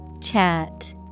Chat